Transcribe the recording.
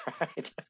right